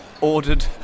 Ordered